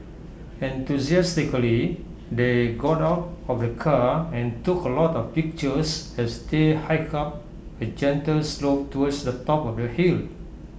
enthusiastically they got out of of the car and took A lot of pictures as they hiked up A gentle slope towards the top of the hill